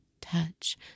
touch